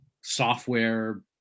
software